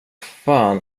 fan